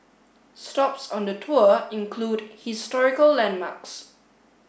stops on the tour include historical landmarks